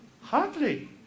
hardly